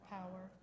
power